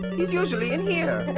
he's usually in here.